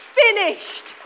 finished